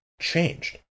changed